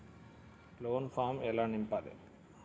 Loan form ఎలా నింపాలి?